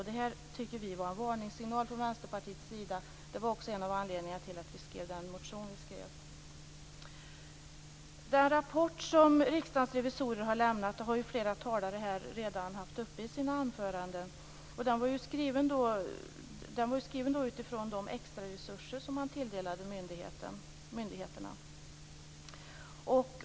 Detta tycker vi från Vänsterpartiets sida var en varningssignal, vilket också var en av anledningarna till att vi skrev vår motion. Den rapport som Riksdagens revisorer har redan tagits upp av flera talare i deras anföranden. Den skrevs utifrån de extra resurser som man tilldelade myndigheterna.